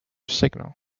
signal